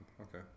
okay